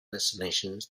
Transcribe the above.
destinations